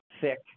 thick